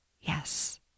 yes